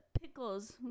pickles